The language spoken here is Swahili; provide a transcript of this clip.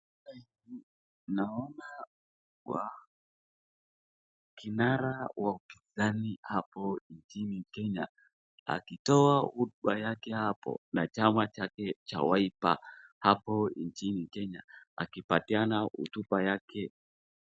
Namwona kinara wa upinzani hapo nchini Kenya akitoa hotuba yake hapo na chama chake cha wiper hapo nchini Kenya akipatiana hotuba yake.